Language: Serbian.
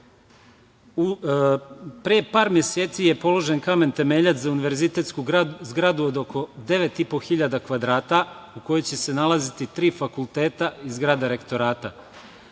par meseci je položen kamen temeljac za univerzitetsku zgradu od oko devet i po hiljada kvadrata u kojoj će se nalaziti tri fakulteta i zgrada rektorata.